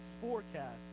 forecast